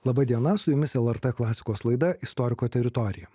laba diena su jumis lrt klasikos laida istoriko teritorija